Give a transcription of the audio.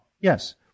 Yes